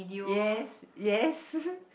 yes yes